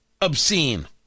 obscene